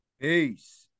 Peace